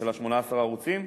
של 18 הערוצים?